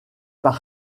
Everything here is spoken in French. par